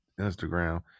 Instagram